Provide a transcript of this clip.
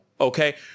Okay